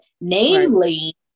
Namely